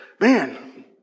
man